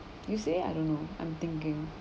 you say I don't know I'm thinking